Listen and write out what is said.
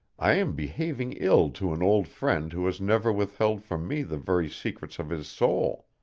i am behaving ill to an old friend who has never withheld from me the very secrets of his soul.